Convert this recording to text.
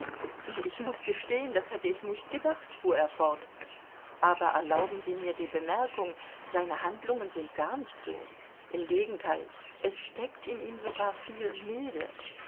ich muß gestehen das hätte ich nicht gedacht fuhr er fort aber erlauben sie mir die bemerkung seine handlungen sind gar nicht so im gegenteil es steckt in ihm sogar viel milde